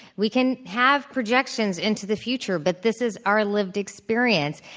we can have projections into the future, but this is our lived experience.